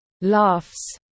laughs